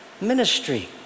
ministry